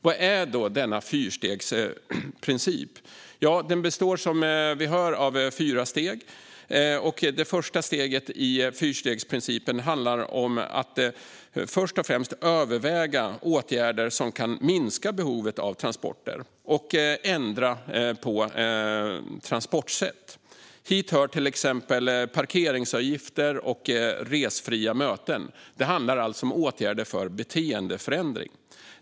Vad är då denna fyrstegsprincip? Den består, som vi hör, av fyra steg. Det första steget i fyrstegsprincipen handlar om att först och främst överväga åtgärder som kan minska behovet av transporter och ändra på transportsätt. Hit hör till exempel parkeringsavgifter och resfria möten. Det handlar alltså om åtgärder för beteendeförändring.